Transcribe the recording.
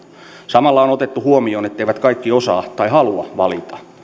samalla on otettu huomioon etteivät kaikki osaa tai halua valita